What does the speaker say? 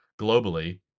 globally